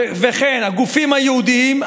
וכן "הגופים הייעודיים,